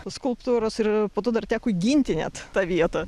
skulptūros ir po to dar teko ginti net tą vietą